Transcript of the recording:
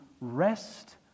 rest